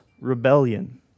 rebellion